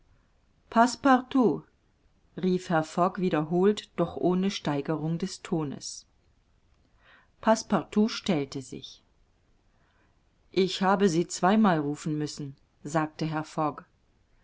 rief herr fogg wiederholt doch ohne steigerung des tones passepartout stellte sich ich habe sie zweimal rufen müssen sagte